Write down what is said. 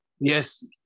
yes